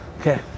Okay